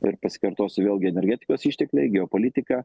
ir pasikartosiu vėlgi energetikos ištekliai geopolitika